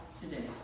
today